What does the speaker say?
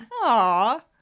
Aw